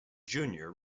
junior